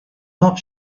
not